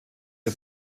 der